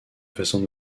façons